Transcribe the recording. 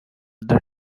the